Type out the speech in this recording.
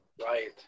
right